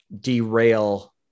derail